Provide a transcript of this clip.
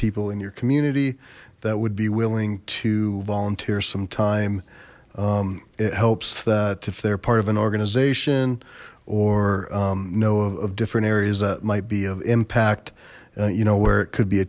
people in your community that would be willing to volunteer some time it helps that if they're part of an organization or know of different areas that might be of impact you know where it could be a